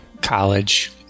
college